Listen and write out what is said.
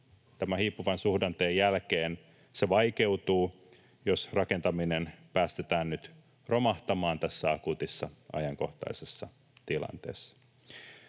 tämän hiipuvan suhdanteen jälkeen vaikeutuu, jos rakentaminen päästetään nyt romahtamaan tässä akuutissa, ajankohtaisessa tilanteessa.